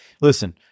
Listen